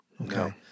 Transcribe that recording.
Okay